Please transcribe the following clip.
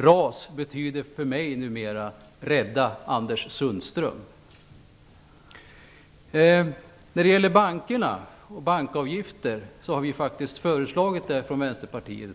RAS betyder för mig numera Rädda Anders Sundström! När det gäller bankerna och bankavgifter har vi från Vänsterpartiet